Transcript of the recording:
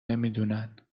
نمیدونند